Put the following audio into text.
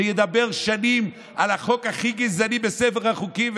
שידבר שנים על החוק הכי גזעני בספר החוקים,